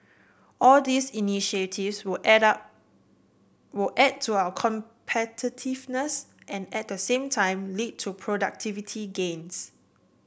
all these initiatives will add up will add to our competitiveness and at the same time lead to productivity gains